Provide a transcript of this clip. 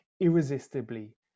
irresistibly